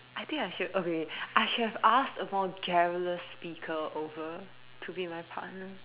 I think I should okay I should have asked a more garrulous speaker over to be my partner